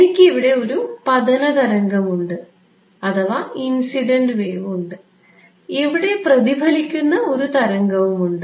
എനിക്ക് ഇവിടെ ഒരു പതന തരംഗമുണ്ട് ഇവിടെ പ്രതിഫലിക്കുന്ന ഒരു തരംഗവുമുണ്ട്